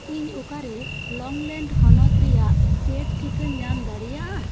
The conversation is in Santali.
ᱤᱧ ᱚᱠᱟᱨᱮ ᱞᱚᱝᱞᱮᱸᱜ ᱦᱚᱱᱚᱛ ᱨᱮᱭᱟᱜ ᱯᱮᱭᱤᱰ ᱴᱤᱠᱟᱹᱧ ᱧᱟᱢ ᱫᱟᱲᱮᱭᱟᱜᱼᱟ